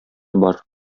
бар